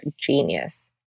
genius